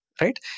right